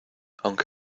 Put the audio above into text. aunque